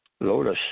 lotus